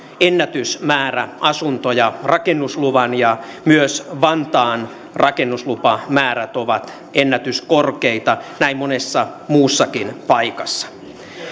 ennätysmäärä asuntoja rakennusluvan ja myös vantaan rakennuslupamäärät ovat ennätyskorkeita näin monessa muussakin paikassa